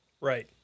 Right